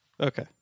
Okay